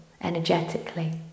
energetically